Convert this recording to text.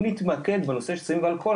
אם נתמקד בנושא של סמים ואלכוהול,